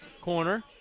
corner